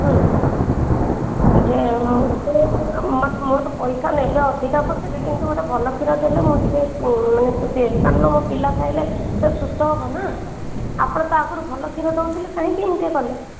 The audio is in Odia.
ଇଏ ମୋଠୁ ପଇସା ନେବେ ଅଧିକା ପଛରେ କିନ୍ତୁ ମୋତେ ଭଲ କ୍ଷୀର ଦେଲେ ମୁଁ ଟିକିଏ ମାନେ ଖୁସି ହେବି କାରଣ ମୋ ପିଲା ଖାଇଲେ ସେ ସୁସ୍ଥ ହେବ ନା ଆପଣ ତ ଆଗରୁ ଭଲ କ୍ଷୀର ଦେଉଥିଲେ କାହିଁକି ଏମିତିଆ କଲେ